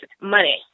money